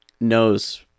knows